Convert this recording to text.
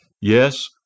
Yes